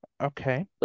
okay